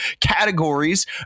categories